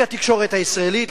לפי התקשורת הישראלית,